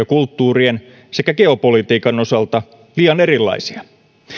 kulttuurien sekä geopolitiikan osalta liian erilaisia